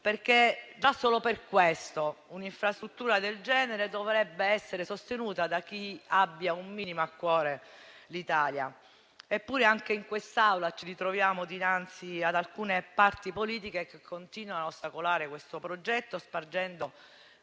costi. Già solo per questo un'infrastruttura del genere dovrebbe essere sostenuta da chi abbia un minimo a cuore l'Italia. Eppure, anche in quest'Aula ci ritroviamo dinanzi ad alcune parti politiche che continuano a ostacolare questo progetto spargendo